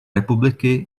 republiky